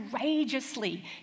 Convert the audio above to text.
courageously